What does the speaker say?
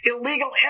illegal